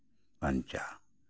ᱵᱟᱧᱪᱟᱜᱼᱟ